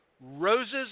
roses